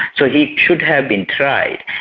so he should have been tried,